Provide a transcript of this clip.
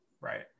right